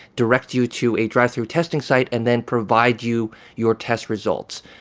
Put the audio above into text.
direct you to a drive-through testing site and then provide you your test results.